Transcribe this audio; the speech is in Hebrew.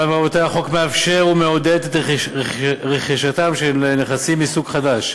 החוק מאפשר ומעודד את רכישתם של נכסים מסוג חדש,